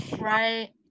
Right